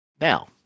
Now